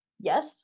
Yes